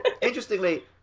Interestingly